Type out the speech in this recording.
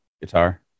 guitar